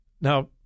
Now